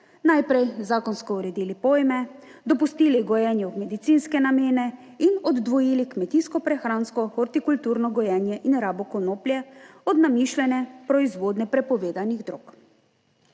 najprej zakonsko uredili pojme, dopustili gojenje v medicinske namene in oddvojili kmetijsko, prehransko, hortikulturno gojenje in rabo konoplje od namišljene proizvodnje prepovedanih drog.